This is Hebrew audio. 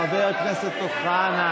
חבר הכנסת כהן.